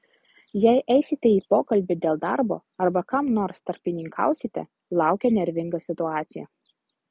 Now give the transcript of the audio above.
jei eisite į pokalbį dėl darbo arba kam nors tarpininkausite laukia nervinga situacija